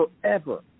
forever